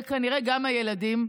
וכנראה גם הילדים,